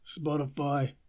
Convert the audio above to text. Spotify